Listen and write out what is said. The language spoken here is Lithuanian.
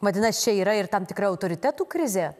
vadinas čia yra ir tam tikra autoritetų krizė